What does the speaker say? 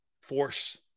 force